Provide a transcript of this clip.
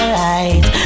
right